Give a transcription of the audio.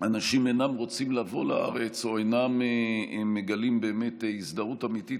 אנשים אינם רוצים לבוא לארץ או אינם מגלים באמת הזדהות אמיתית